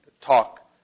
talk